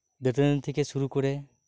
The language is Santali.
ᱫᱟᱹᱛᱟᱹᱱᱤ ᱛᱷᱮᱠᱮ ᱥᱩᱨᱩᱠᱚᱨᱮ